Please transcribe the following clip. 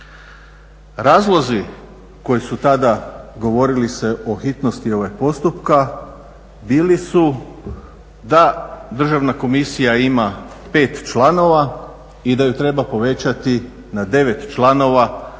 Razlozi koji su tada govorili se o hitnosti postupka bili su da Državna komisija ima 5 članova i da ju treba povećati na 9 članova